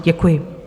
Děkuji.